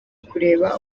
kureba